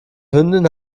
hündin